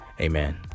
amen